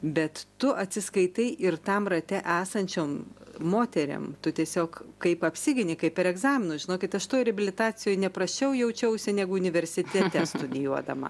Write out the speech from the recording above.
bet tu atsiskaitai ir tam rate esančiom moterim tu tiesiog kaip apsigini kaip per egzaminus žinokit aš toj reabilitacijoj ne prasčiau jaučiausi negu universitete studijuodama